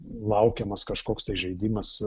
laukiamas kažkoks tai žaidimas